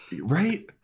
Right